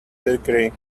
degree